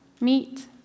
meet